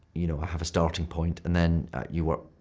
you know, i have a starting point. and then you work,